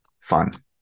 fun